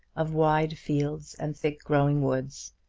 of wide fields and thick-growing woods,